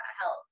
health